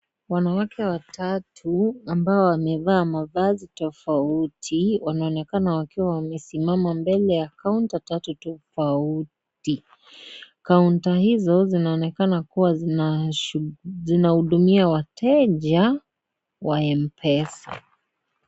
Wanawake watatu, ambao wamevaa mavazi tofauti, wanaonekana wakiwa wamesimama mbele ya kaunta tatu tofauti. Kaunta hizo, zinaonekana kuwa zinahudumia wateja wa Mpesa.